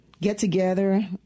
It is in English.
get-together